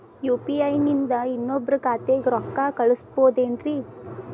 UPI ನಿಂದ ಇನ್ನೊಬ್ರ ಖಾತೆಗೆ ರೊಕ್ಕ ಕಳ್ಸಬಹುದೇನ್ರಿ?